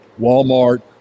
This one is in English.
Walmart